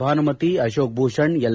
Bhanumati Ashok Bhushan L